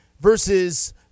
versus